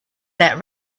that